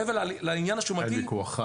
מעבר לעניין השומתי --- אין ויכוח,